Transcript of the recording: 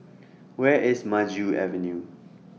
Where IS Maju Avenue